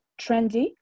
trendy